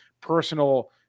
personal